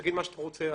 תגיד מה שאתה רוצה,